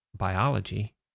biology